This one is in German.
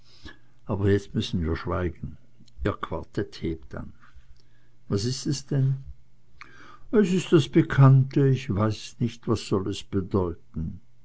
aber jetzt müssen wir schweigen ihr quartett hebt eben an was ist es denn es ist das bekannte ich weiß nicht was soll es bedeuten